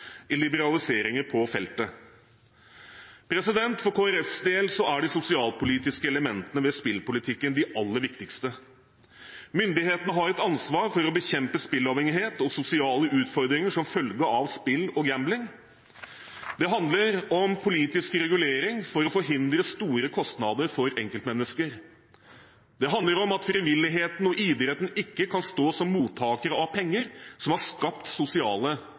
liberaliseringer på feltet. For Kristelig Folkepartis del er de sosialpolitiske elementene ved spillpolitikken de aller viktigste. Myndighetene har et ansvar for å bekjempe spilleavhengighet og sosiale utfordringer som følge av spill og gambling. Det handler om politisk regulering for å forhindre store kostnader for enkeltmennesker. Det handler om at frivilligheten og idretten ikke kan stå som mottakere av penger som har skapt sosiale